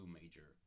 major